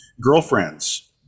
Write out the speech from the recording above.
girlfriends